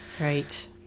right